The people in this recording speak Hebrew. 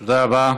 תודה רבה.